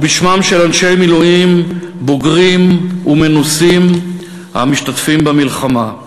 ובשמם של אנשי מילואים בוגרים ומנוסים שהשתתפו במלחמה.